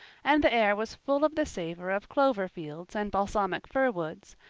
and the air was full of the savor of clover fields and balsamic fir woods,